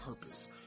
purpose